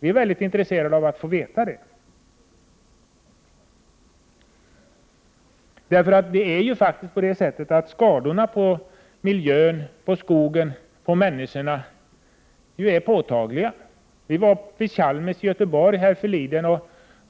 Vi är väldigt intresserade av att få veta hur det förhåller sig. Skadorna på miljön, skogen och människorna är påtagliga. Jag var med på ett besök hos Chalmers i Göteborg härförleden.